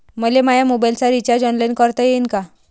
मले माया मोबाईलचा रिचार्ज ऑनलाईन करता येईन का?